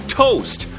toast